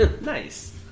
Nice